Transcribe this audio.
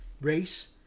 race